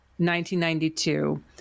1992